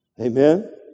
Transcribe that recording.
Amen